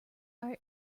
are